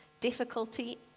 Difficulty